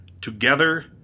Together